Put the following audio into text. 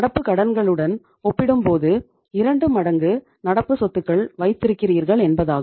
நடப்பு கடன்களுடன் ஒப்பிடும்போது 2 மடங்கு நடப்பு சொத்துகள் வைத்திருக்கிறீர்கள் என்பதாகும்